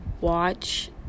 watch